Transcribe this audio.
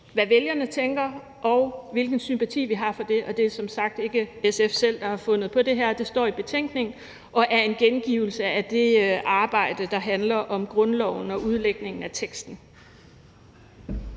hvad vælgerne tænker, og hvilken sympati vi har for det. Det er som sagt ikke SF selv, der har fundet på det her, det står i betænkningen og er en gengivelse af det arbejde, der handler om grundloven og udlægningen af teksten.